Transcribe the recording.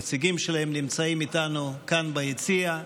נציגים שלהם נמצאים איתנו כאן ביציע,